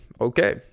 okay